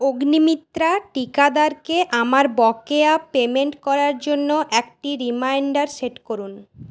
অগ্নিমিত্রা টীকাদারকে আমার বকেয়া পেমেন্ট করার জন্য একটি রিমাইন্ডার সেট করুন